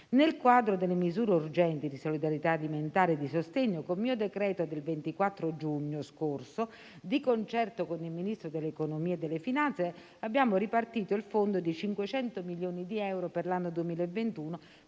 Nel quadro delle misure urgenti di solidarietà alimentare e di sostegno, con mio decreto del 24 giugno scorso, di concerto con il Ministro dell'economia e delle finanze, abbiamo ripartito il fondo di 500 milioni di euro per l'anno 2021,